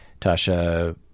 Tasha